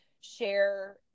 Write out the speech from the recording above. share